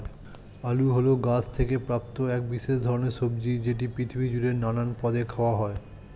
আলু হল গাছ থেকে প্রাপ্ত এক বিশেষ ধরণের সবজি যেটি পৃথিবী জুড়ে নানান পদে খাওয়া হয়